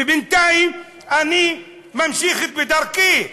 ובינתיים אני ממשיך בדרכי,